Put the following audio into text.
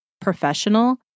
professional